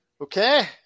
Okay